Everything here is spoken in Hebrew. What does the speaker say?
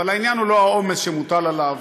אבל העניין הוא לא העומס שמוטל עליו,